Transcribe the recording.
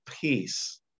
peace